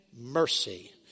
mercy